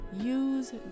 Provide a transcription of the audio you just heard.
Use